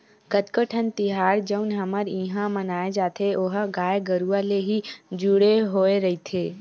कतको ठन तिहार जउन हमर इहाँ मनाए जाथे ओहा गाय गरुवा ले ही जुड़े होय रहिथे